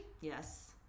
Yes